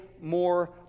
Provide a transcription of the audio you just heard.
more